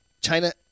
China